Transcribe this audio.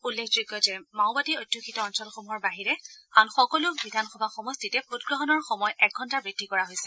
উল্লেখযোগ্য যে মাওবাদী অধ্যুষিত অঞ্চলসমূহৰ বাহিৰে আন সকলো বিধানসভা সমষ্টিতে ভোটগ্ৰহণৰ সময় এঘণ্টা বৃদ্ধি কৰা হৈছে